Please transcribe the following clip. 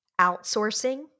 Outsourcing